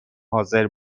حاضر